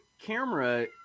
camera